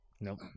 Nope